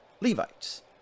Levites